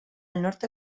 norte